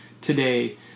today